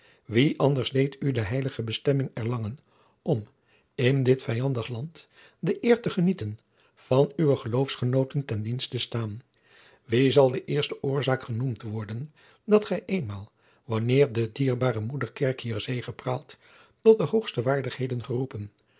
wie anders deed u de heilige bestemming erlangen om in dit vijandig land de eer te genieten van uwen geloofsgenooten ten dienst te staan wie zal de eerste oorzaak genoemd worden dat gij eenmaal wanneer de dierbare moederkerk hier zegepraalt tot de hoogste waardigheden geroepen